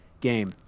game